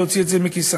להוציא את זה מכיסם.